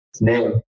name